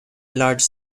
large